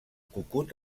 cucut